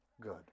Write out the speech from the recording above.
Good